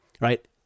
right